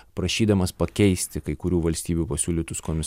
prašydamas pakeisti kai kurių valstybių pasiūlytus komis